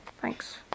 thanks